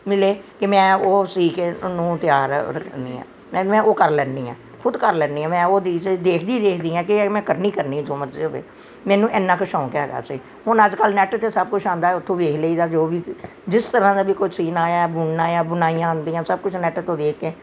ਮਿਲੇ ਕਿ ਮੈਂ ਉਹ ਸੀ ਕੇ ਉਹਨੂੰ ਤਿਆਰ ਕਰਦੀ ਹਾਂ ਨਾਲ ਮੈਂ ਉਹ ਕਰ ਲੈਂਦੀ ਹਾਂ ਖੁਦ ਕਰ ਲੈਂਦੀ ਹਾਂ ਮੈਂ ਉਹ ਦੀ ਚੀਜ਼ ਦੇਖਦੀ ਦੇਖਦੀ ਹਾਂ ਕਿ ਇਹ ਮੈਂ ਕਰਨੀ ਕਰਨੀ ਆ ਜੋ ਮਰਜ਼ੀ ਹੋਵੇ ਮੈਨੂੰ ਇੰਨਾ ਕੁ ਸ਼ੌਂਕ ਹੈਗਾ ਅਤੇ ਹੁਣ ਅੱਜ ਕੱਲ੍ਹ ਨੈਟ 'ਤੇ ਸਭ ਕੁਝ ਆਉਂਦਾ ਉੱਥੋਂ ਵੇਖ ਲਈਦਾ ਜੋ ਵੀ ਜਿਸ ਤਰ੍ਹਾਂ ਦਾ ਵੀ ਕੋਈ ਸੀਨ ਆਇਆ ਬੁਣਨਾ ਆ ਬਣਾਈਆਂ ਆਉਂਦੀਆਂ ਸਭ ਕੁਝ ਨੈਟ ਤੋਂ ਵੇਖ ਕੇ